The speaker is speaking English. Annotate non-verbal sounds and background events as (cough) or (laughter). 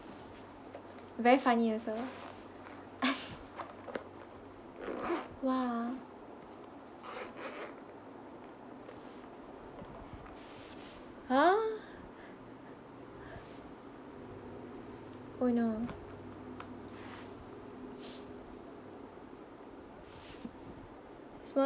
very funny also (laughs) !wah! !huh! oh no